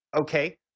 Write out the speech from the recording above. Okay